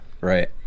right